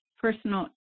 personal